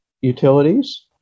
utilities